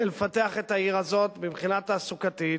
לפתח את העיר הזאת מבחינה תעסוקתית,